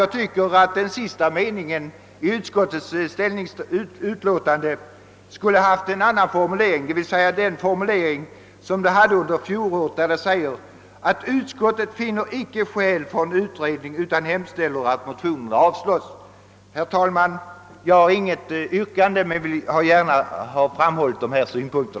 Jag tycker att den sista meningen i utskottsutlåtandet skulle ha haft en annan formulering, nämligen fjolårets, där det framhölls att utskottet inte fann skäl till utredning och där det hemställdes att motionerna skulle avslås. Herr talman! Jag har inget yrkande men har gärna velat framföra dessa synpunkter.